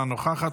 אינה נוכחת,